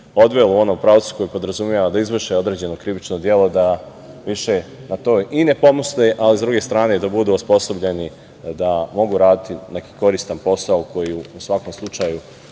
odvelo u onom pravcu koji podrazumeva da izvrše određeno krivično delo da više na to i ne pomisle, a sa druge strane da budu osposobljeni da mogu raditi neki koristan posao koji u svakom slučaju